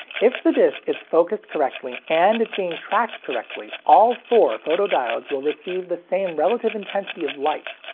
if the disc is focused correctly and it's being tracked correctly, all four photodiodes will receive the same relative intensity of light.